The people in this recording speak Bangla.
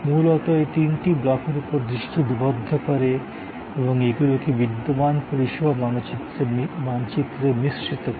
মূলত এই তিনটি ব্লকের উপর দৃষ্টি নিবদ্ধ করে এবং এগুলিকে বিদ্যমান পরিষেবা মানচিত্রে মিশ্রিত করে